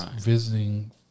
visiting